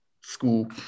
school